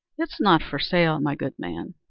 it's not for sale, my good man.